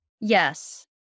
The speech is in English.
Yes